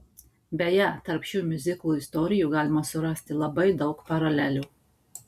beje tarp šių miuziklų istorijų galima surasti labai daug paralelių